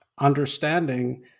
understanding